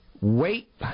Wait